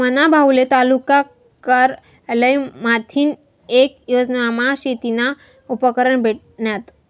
मना भाऊले तालुका कारयालय माथीन येक योजनामा शेतीना उपकरणं भेटनात